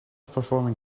performing